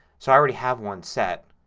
so i already have one set.